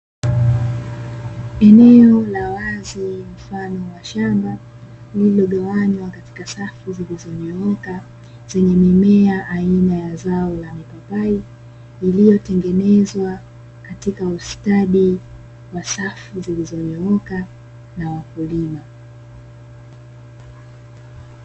Eneo la wazi mfano wa shamba lililogawanywa katika safu zilizonyooka, zenye mimea aina ya zao la mipapai, iliyotengenezwa katika ustadi wa safu zilizonyooka na wakulima.